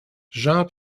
jean